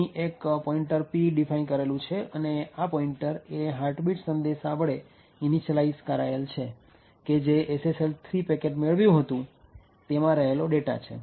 અહીં એક pointer p define કરેલું છે અને આ પોઈન્ટર એ હાર્ટબીટ સંદેશ વડે ઇનીસીયલાઈઝ કરેલ છે કે જે SSL 3 પેકેટ મેળવ્યું હતું તેમાં રહેલો ડેટા છે